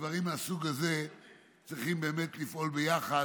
שבדברים מהסוג הזה צריכים באמת לפעול ביחד,